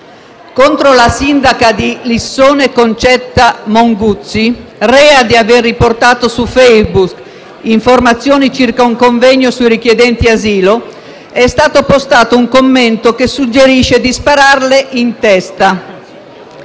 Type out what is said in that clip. Contro la sindaca di Lissone Concetta Monguzzi, rea di aver riportato su Facebook informazioni circa un convegno sui richiedenti asilo, è stato postato un commento che suggerisce di spararle in testa.